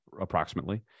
approximately